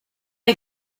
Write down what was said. hay